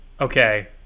Okay